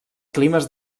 climes